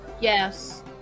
yes